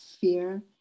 fear